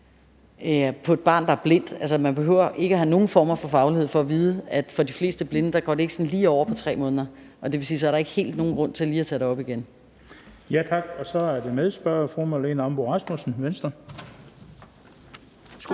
til et barn, der er blindt. Man behøver ikke at have nogen former for faglighed for at vide, at for de fleste blinde går det ikke sådan lige over på 3 måneder, og det vil sige, at så er der ikke rigtig nogen grund til lige at tage det op igen. Kl. 16:37 Den fg. formand (Bent Bøgsted):